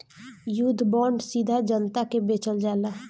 युद्ध बांड सीधा जनता के बेचल जाला